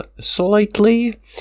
slightly